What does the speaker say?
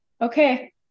okay